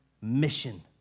mission